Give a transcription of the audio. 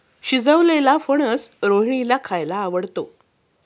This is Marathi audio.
शिजवलेलेला फणस रोहिणीला खायला आवडतो